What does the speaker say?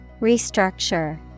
Restructure